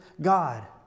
God